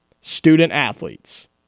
Student-Athletes